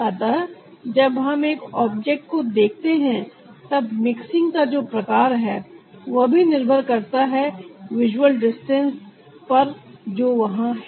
अतः जब हम एक ऑब्जेक्ट को देखते हैं तब मिक्सिंग का जो प्रकार है वह भी निर्भर करता है विजुअल डिस्टेंस पर जो वहां है